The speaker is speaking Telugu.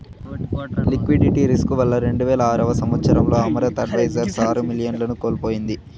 లిక్విడిటీ రిస్కు వల్ల రెండువేల ఆరవ సంవచ్చరంలో అమరత్ అడ్వైజర్స్ ఆరు మిలియన్లను కోల్పోయింది